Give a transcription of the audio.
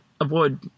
avoid